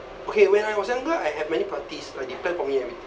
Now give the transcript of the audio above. okay when I was younger I have many parties like they plan for me and everything